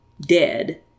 dead